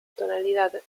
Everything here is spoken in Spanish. tonalidad